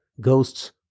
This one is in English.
ghosts